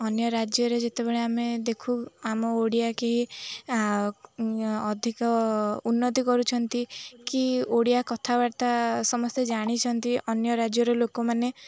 ଅନ୍ୟ ରାଜ୍ୟରେ ଯେତେବେଳେ ଆମେ ଦେଖୁ ଆମ ଓଡ଼ିଆ କେହି ଅଧିକ ଉନ୍ନତି କରୁଛନ୍ତି କି ଓଡ଼ିଆ କଥାବାର୍ତ୍ତା ସମସ୍ତେ ଜାଣିଛନ୍ତି ଅନ୍ୟ ରାଜ୍ୟର ଲୋକମାନେ